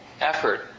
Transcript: effort